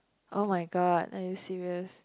[oh]-my-god are you serious